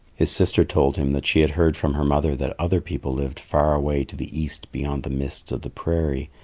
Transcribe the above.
his sister told him that she had heard from her mother that other people lived far away to the east beyond the mists of the prairie,